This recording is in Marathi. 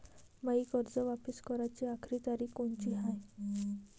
मायी कर्ज वापिस कराची आखरी तारीख कोनची हाय?